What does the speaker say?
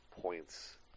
points